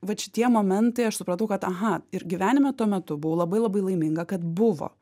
vat šitie momentai aš supratau kad aha ir gyvenime tuo metu buvau labai labai laiminga kad buvo